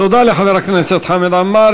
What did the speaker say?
תודה לחבר הכנסת חמד עמאר.